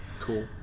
Cool